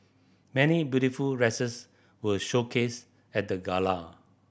many beautiful dresses were showcased at the gala